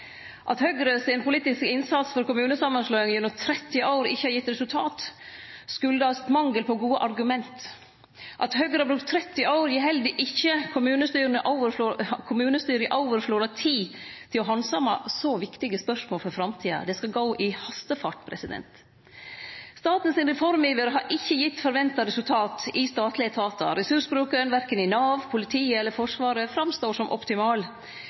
At Høgre har brukt 30 år gir heller ikkje kommunestyra overflod av tid til å handsame så viktige spørsmål for framtida – det skal gå i hastefart. Reformiveren til staten har ikkje gitt forventa resultat i statlege etatar. Ressursbruken – korkje i Nav, i politiet eller i Forsvaret – står fram som optimal.